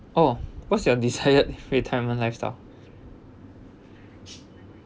oh what's your desired retirement lifestyle